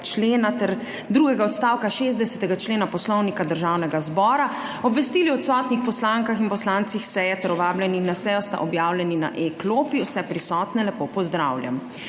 člena ter drugega odstavka 60. člena Poslovnika Državnega zbora. Obvestili o odsotnih poslankah in poslancih seje ter vabljenih na sejo sta objavljeni na e-klopi. Vse prisotne lepo pozdravljam!